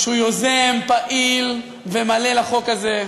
שהוא יוזם פעיל ומלא בחוק הזה.